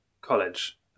college